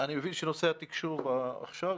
אני מבין שנושא התקשוב עכשיו?